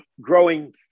growing